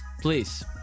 please